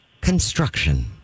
Construction